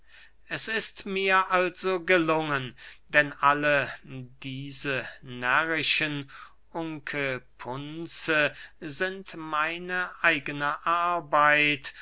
es ist mir also gelungen denn alle diese närrischen unkepunze sind meine eigene arbeit